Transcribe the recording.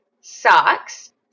socks